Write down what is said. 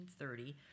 1930